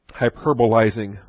hyperbolizing